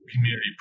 community